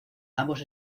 ambos